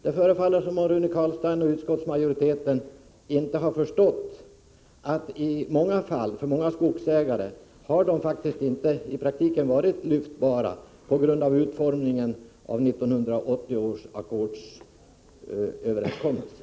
Det förefaller som om Rune Carlstein och utskottsmajoriteten inte har förstått att beloppen för många skogsägare i praktiken inte har varit lyftbara, genom utformningen av 1980 års ackordsöverenskommelse.